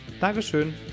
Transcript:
Dankeschön